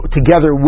together